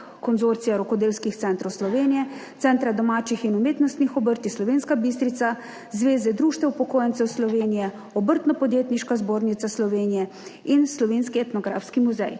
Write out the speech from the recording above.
Konzorcija rokodelskih centrov Slovenije, Centra domačih in umetnostnih obrti Slovenska Bistrica, Zveze društev upokojencev Slovenije, Obrtno-podjetniška zbornica Slovenije in Slovenski etnografski muzej.